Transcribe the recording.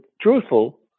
truthful